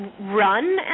run